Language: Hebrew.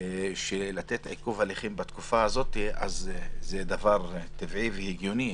עיכוב הליכים, זה דבר טבעי והגיוני.